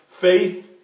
faith